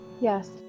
Yes